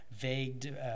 vague